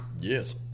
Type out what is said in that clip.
Yes